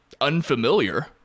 unfamiliar